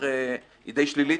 היא די שלילית.